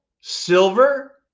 silver